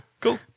cool